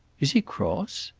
is he cross?